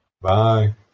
Bye